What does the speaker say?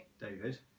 David